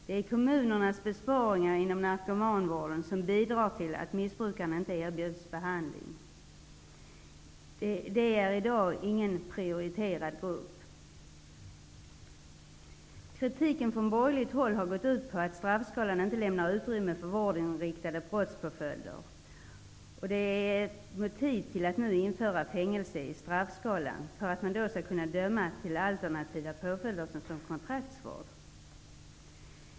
Det är kommunernas besparingar inom narkomanvården som bidrar till att missbrukarna inte erbjuds behandling. De utgör i dag inte någon prioriterad grupp. Kritiken från borgerligt håll har gått ut på att straffskalan inte lämnar utrymme för vårdinriktade brottspåföljder. Det är ett motiv till att nu införa fängelse i straffskalan, så att man då skall kunna döma till alternativa påföljder såsom kontraktsvård.